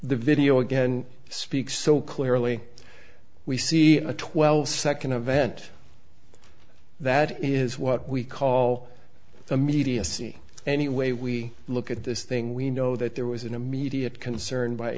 the video again speaks so clearly we see a twelve second event that is what we call immediacy anyway we look at this thing we know that there was an immediate concern by